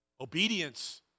Obedience